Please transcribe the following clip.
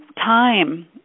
time